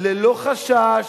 ללא חשש,